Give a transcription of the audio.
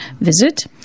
visit